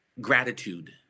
Gratitude